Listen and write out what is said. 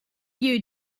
you